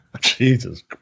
Jesus